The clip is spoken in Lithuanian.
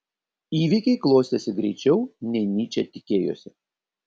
įvykiai klostėsi greičiau nei nyčė tikėjosi